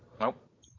Nope